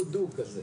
הוא דו כזה